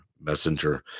Messenger